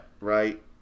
right